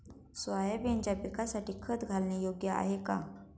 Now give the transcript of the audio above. सोयाबीनच्या पिकासाठी खत घालणे योग्य आहे का?